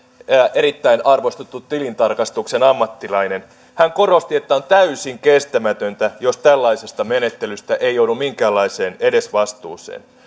erittäin arvostettu tilintarkastuksen ammattilainen hän korosti että on täysin kestämätöntä jos tällaisesta menettelystä ei joudu minkäänlaiseen edesvastuuseen